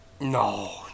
No